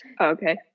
okay